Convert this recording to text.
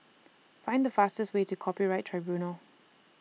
Find The fastest Way to Copyright Tribunal